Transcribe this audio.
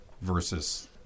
versus